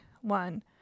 one